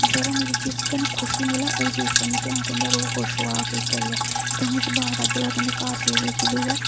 जेह्ड़ा मिगी जिस चीजां नै खुशी मिलै ओह् चीज करनी के हां तुं'दा रूह् खुश होऐ ओह् चीज करियै तुसें उसी बार बार जिसलै तुं'दे घर चीज लग्गी दी होऐ